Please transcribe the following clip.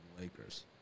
Lakers